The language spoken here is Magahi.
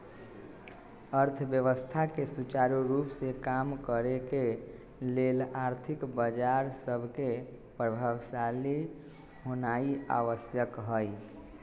अर्थव्यवस्था के सुचारू रूप से काम करे के लेल आर्थिक बजार सभके प्रभावशाली होनाइ आवश्यक हइ